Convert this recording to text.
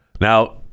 Now